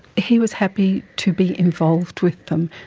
he was happy to be involved with them,